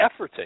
efforting